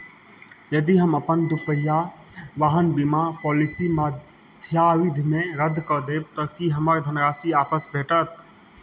यदि हम अपन दुपहिया वाहन बीमा पॉलिसी मध्यावधिमे रद्द कऽ देब तऽ कि हमर धनराशि आपस भेटत